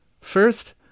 First